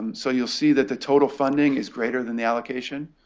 so you'll see that the total funding is greater than the allocation.